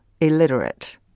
illiterate